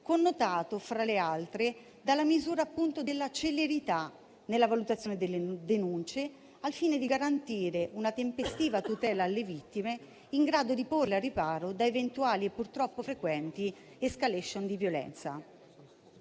connotato, fra le altre, dalla misura della celerità nella valutazione delle denunce, al fine di garantire una tempestiva tutela alle vittime per porle al riparo da eventuali e purtroppo frequenti *escalation* di violenza.